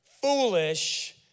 foolish